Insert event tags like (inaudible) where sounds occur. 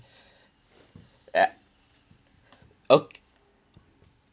(breath) I